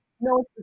no